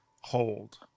hold